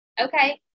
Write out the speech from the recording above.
okay